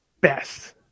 best